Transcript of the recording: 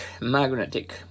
magnetic